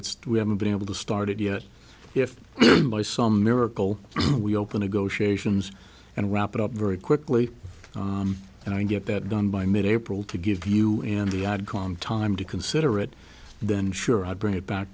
it's we haven't been able to started yet if by some miracle we open a go she asians and wrap it up very quickly and i get that done by mid april to give you in the odd calm time to considerate then sure i'd bring it back